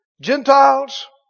Gentiles